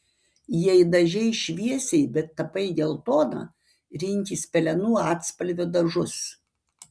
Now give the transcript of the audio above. jei dažei šviesiai bet tapai geltona rinkis pelenų atspalvio dažus